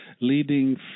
leading